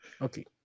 okay